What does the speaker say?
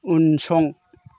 उनसं